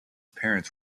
parents